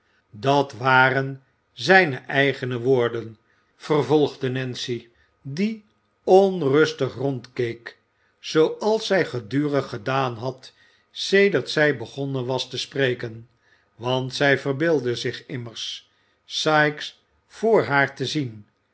dat waren zijne eigene woorden vervolgde nancy die onrustig rondkeek zooals zij gedurig gedaan had sedert zij begonnen was te spreken want zij verbeeldde zich immer sikes voor haar te zien